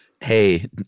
hey